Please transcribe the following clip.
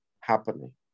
happening